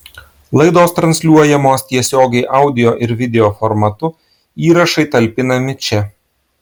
laidos transliuojamos tiesiogiai audio ir video formatu įrašai talpinami čia